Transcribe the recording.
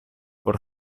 por